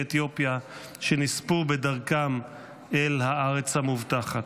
אתיופיה שנספו בדרכם אל הארץ המובטחת.